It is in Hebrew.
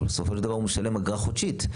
אבל בסופו של דבר הוא משלם אגרה חודשית.